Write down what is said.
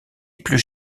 plus